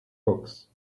books